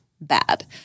bad